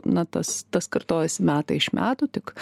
na tas tas kartojasi metai iš metų tik